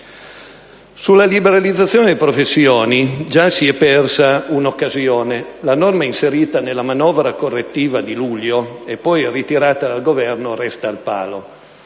Sulla liberalizzazione delle professioni già si è persa un'occasione, poiché la norma inserita nella manovra correttiva di luglio e poi ritirata dal Governo resta al palo.